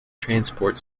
transport